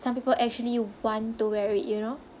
some people actually want to wear it you know